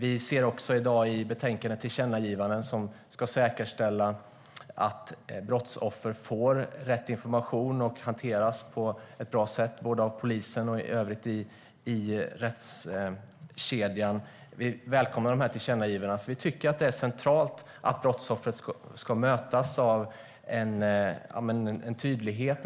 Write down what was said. I betänkandet ser vi i dag också tillkännagivanden som ska säkerställa att brottsoffer får rätt information och hanteras av ett bra sätt av polisen och i övrigt i rättskedjan. Vi välkomnar dessa tillkännagivanden, för vi tycker att det är centralt att brottsoffer ska mötas av en tydlighet.